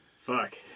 Fuck